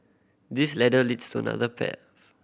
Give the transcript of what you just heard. this ladder leads to another path